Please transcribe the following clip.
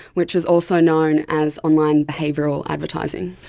which is also known as online behavioural advertising.